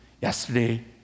Yesterday